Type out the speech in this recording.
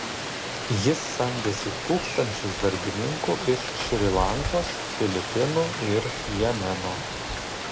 jis samdėsi tūkstančius darbininkų iš šri lankos filipinų ir jemeno